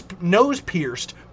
nose-pierced